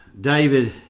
David